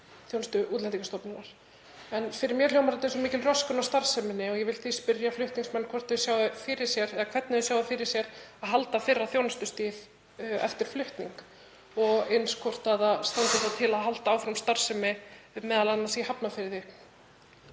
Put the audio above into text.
þjónustu Útlendingastofnunar. Fyrir mér hljómar þetta sem mikil röskun á starfseminni. Ég vil því spyrja hv. flutningsmann hvernig hann sjái fyrir sér að halda fyrra þjónustustigi eftir flutning og eins hvort það standi þá til að halda áfram starfsemi, m.a. í Hafnarfirði.